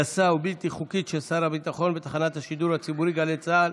גסה ובלתי חוקית של שר הביטחון בתחנת השידור הציבורי גלי צה"ל,